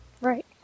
Right